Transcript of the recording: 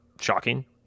shocking